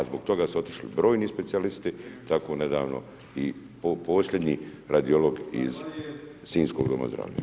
A zbog toga su otišli brojni specijalisti, tako nedavno i posljednji radiolog iz sinjskog Doma zdravlja.